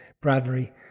Bradbury